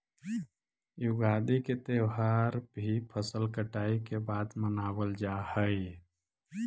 युगादि के त्यौहार भी फसल कटाई के बाद मनावल जा हइ